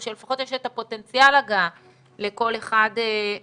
או שלפחות יש את פוטנציאל ההגעה לכל אחד ואחת.